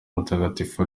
mutagatifu